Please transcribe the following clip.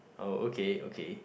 uh okay okay